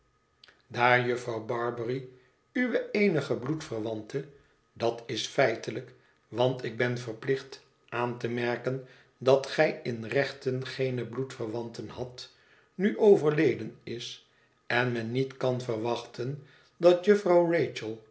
huis vrouw barbary uwe eenige bloedverwante dat is feitelijk want ik ben verplicht aan te merken dat gij in rechten geene bloedverwanten hadt nu overleden is en men niet kan verwachten dat